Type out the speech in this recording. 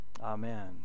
Amen